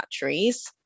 batteries